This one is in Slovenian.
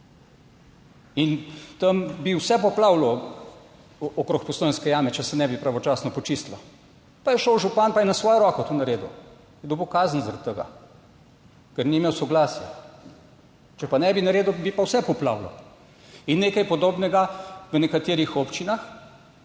In tam bi vse poplavilo okrog Postojnske jame, če se ne bi pravočasno počistilo. Pa je šel župan, pa je na svojo roko to naredil, je dobil kazen zaradi tega, ker ni imel soglasja. Če pa ne bi naredil, bi pa vse poplavilo. In nekaj podobnega v nekaterih občinah,